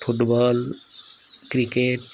football cricket